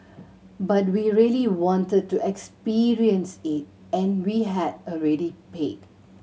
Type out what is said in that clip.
but we really wanted to experience it and we had already paid